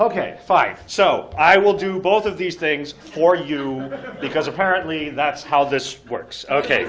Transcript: ok five so i will do both of these things for you because apparently that's how this works ok